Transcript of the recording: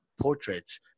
portraits